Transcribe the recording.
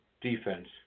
defense